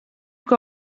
que